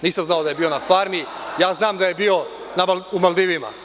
Nisam znao da je bio na farmi, ja znam da je bio na Maldivima.